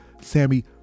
Sammy